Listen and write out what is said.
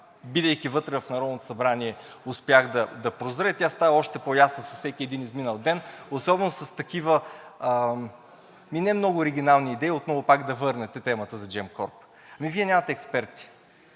бидейки вътре в Народното събрание, успях да прозра и тя става още по-ясна с всеки един изминал ден, особено с такива немного оригинални идеи – отново пак да върнете темата за Gemcorp. Ами, Вие нямате експерти.